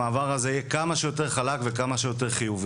המעבר הזה יהיה כמה שיותר חלק וכמה שיותר חיובי.